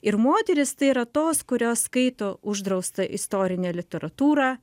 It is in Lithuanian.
ir moterys tai yra tos kurios skaito uždraustą istorinę literatūrą